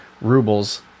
rubles